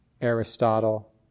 Aristotle